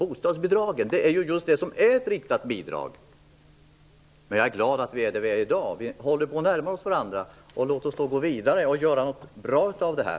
Bostadsbidraget är ju ett riktat bidrag! Men jag är glad att vi är där vi är i dag. Vi håller på att närma oss varandra. Låt oss gå vidare och göra något bra av det här!